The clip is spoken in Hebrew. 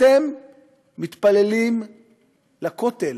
אתם מתפללים לכותל,